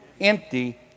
Empty